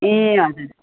ए हजुर